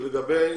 שלגבי